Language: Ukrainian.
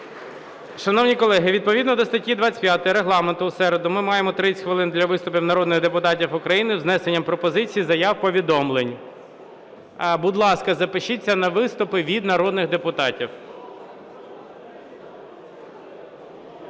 Шановні колеги, відповідно до статті 25 Регламенту у середу ми маємо 30 хвилин для виступів народних депутатів України з внесенням пропозицій, заяв, повідомлень. Будь ласка, запишіться на виступи від народних депутатів.